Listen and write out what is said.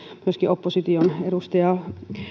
myöskin opposition edustaja